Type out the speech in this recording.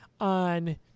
on